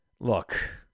Look